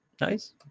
Nice